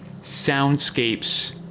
soundscapes